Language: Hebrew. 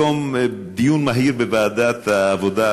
היום נערך דיון מהיר בוועדת העבודה,